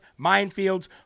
minefields